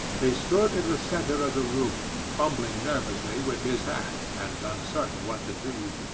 he stood in the centre of the room, fumbling nervously with his hat and uncertain what to do.